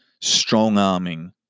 strong-arming